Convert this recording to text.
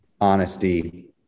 honesty